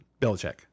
Belichick